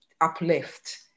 uplift